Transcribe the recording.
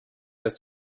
des